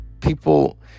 people